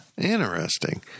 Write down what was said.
Interesting